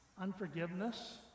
unforgiveness